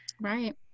Right